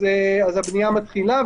הבנייה מתחילה,